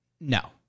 No